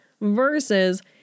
Versus